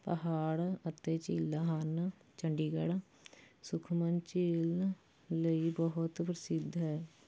ਪਹਾੜ ਅਤੇ ਝੀਲਾਂ ਹਨ ਚੰਡੀਗੜ੍ਹ ਸੁਖਨਾ ਝੀਲ ਲਈ ਬਹੁਤ ਪ੍ਰਸਿੱਧ ਹੈ